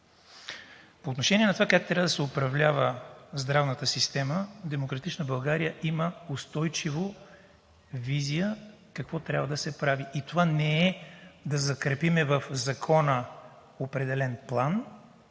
По отношение на това как трябва да се управлява здравната система, „Демократична България“ има устойчива визия какво трябва да се прави и това не е да закрепим в закона определен план,